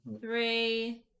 Three